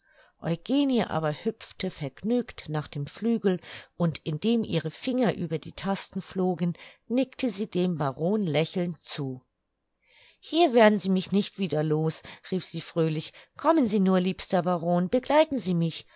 eugenie aber hüpfte vergnügt nach dem flügel und indem ihre finger über die tasten flogen nickte sie dem baron lächelnd zu hier werden sie mich nicht wieder los rief sie fröhlich kommen sie nur liebster baron begleiten sie mich